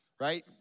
right